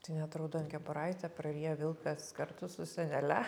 tai net raudonkepuraitę praryja vilkas kartu su senele